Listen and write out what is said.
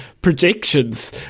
predictions